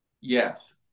Yes